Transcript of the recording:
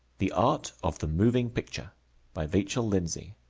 the art of the moving picture by vachel lindsay